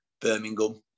Birmingham